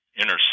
inner